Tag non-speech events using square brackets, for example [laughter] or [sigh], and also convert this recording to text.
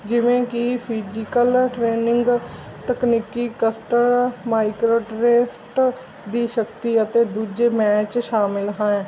ਜਿਵੇਂ ਕਿ physical training ਤਕਨੀਕੀ [unintelligible] ਮਾਈਕਰੋ ਟਰੇਸਟ ਦੀ ਸ਼ਕਤੀ ਅਤੇ ਦੂਜੇ ਮੈਚ ਸ਼ਾਮਿਲ ਹੈ